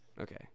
Okay